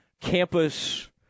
campus –